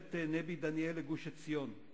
שיירת נבי-דניאל לגוש-עציון,